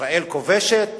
ישראל כובשת.